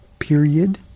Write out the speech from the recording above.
period